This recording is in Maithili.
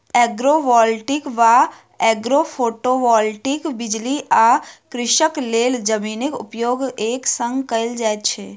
एग्रोवोल्टिक वा एग्रोफोटोवोल्टिक बिजली आ कृषिक लेल जमीनक उपयोग एक संग कयल जाइत छै